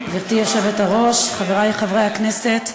גברתי היושבת-ראש, חברי חברי הכנסת,